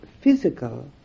physical